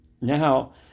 Now